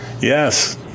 Yes